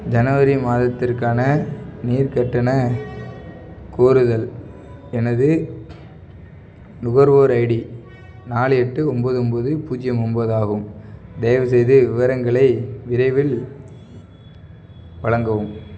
ஜனவரி மாதத்திற்கான நீர் கட்டண கோருதல் எனது நுகர்வோர் ஐடி நாலு எட்டு ஒன்போது ஒன்போது பூஜ்யம் ஒன்போது ஆகும் தயவுசெய்து விவரங்களை விரைவில் வழங்கவும்